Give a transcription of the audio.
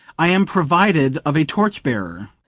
i am provided of a torch-bearer.